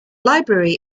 library